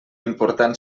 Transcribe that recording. important